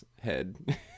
head